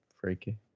freaky